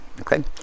Okay